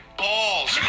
balls